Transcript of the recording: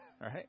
Right